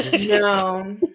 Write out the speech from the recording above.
No